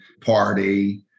party